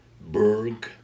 Berg